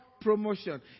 promotion